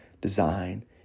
design